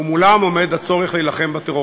ומולם עומד הצורך להילחם בטרור.